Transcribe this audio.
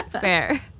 fair